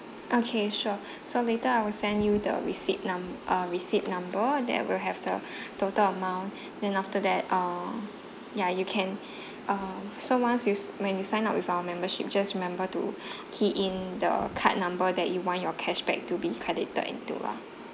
okay sure so later I will send you the receipt num~ uh receipt number that will have the total amount then after that uh ya you can uh so once you when you sign up with our membership just remember to key in the card number that you want your cashback to be credited into lah